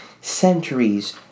centuries